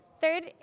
Third